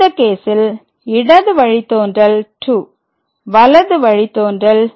இந்த கேசில் இடது வழித்தோன்றல் 2 வலது வழித்தோன்றல் 1